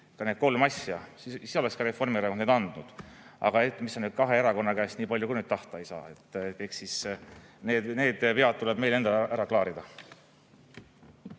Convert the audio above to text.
ka need kolm asja, siis oleks Reformierakond need andnud. Aga kahe erakonna käest nii palju ka nüüd tahta ei saa, need vead tuleb meil endal ära klaarida.